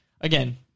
again